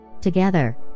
together